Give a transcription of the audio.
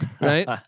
right